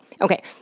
Okay